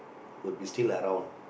would be still around